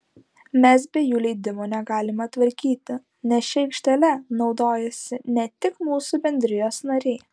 mes be jų leidimo negalime tvarkyti nes šia aikštele naudojasi ne tik mūsų bendrijos nariai